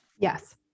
Yes